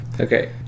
Okay